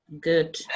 Good